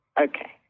Okay